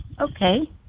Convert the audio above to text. Okay